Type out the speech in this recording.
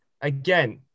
again